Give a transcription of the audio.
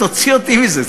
תוציא אותי מזה.